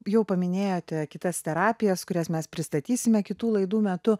jau paminėjote kitas terapijas kurias mes pristatysime kitų laidų metu